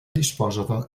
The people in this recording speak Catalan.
disposa